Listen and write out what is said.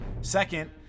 second